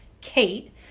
Kate